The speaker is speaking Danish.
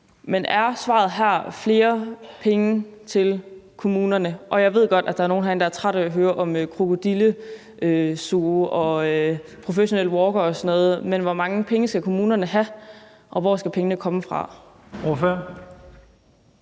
Men er svaret her flere penge til kommunerne? Og jeg ved godt, at der er nogle herinde, der er trætte af at høre om Krokodille Zoo, professionelle walkere og sådan noget, men hvor mange penge skal kommunerne have, og hvor skal pengene komme fra?